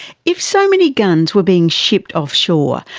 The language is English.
if so many guns were being shipped offshore,